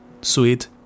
sweet